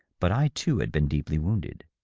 but i too had been deeply wounded,